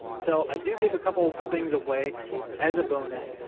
so i do give a couple things away as a bonus,